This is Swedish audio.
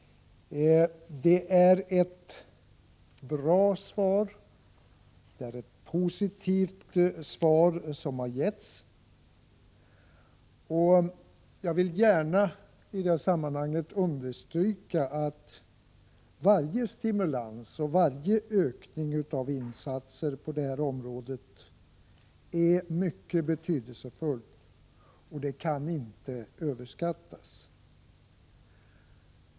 Det är ett bra och positivt svar som har getts. Jag vill understryka att varje stimulans och varje ökning av insatserna på det här området har en betydelse som inte kan överskattas.